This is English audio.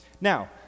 Now